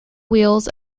wheels